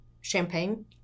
Champagne